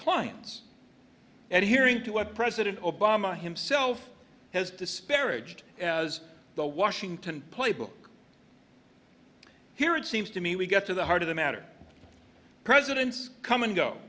clients and hearing to what president obama himself has disparaged as the washington playbook here it seems to me we get to the heart of the matter presidents come and go